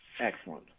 Excellent